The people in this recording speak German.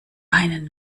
einen